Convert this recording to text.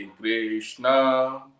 Krishna